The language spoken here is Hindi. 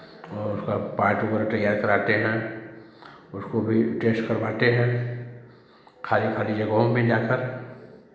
वो उसका पार्ट वगैरह तैयार कराते हैं उसको भी टेस्ट करवाते हैं खाली खाली जगहों में जा कर